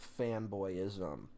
fanboyism